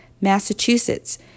Massachusetts